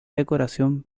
decoración